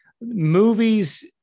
movies